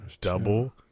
double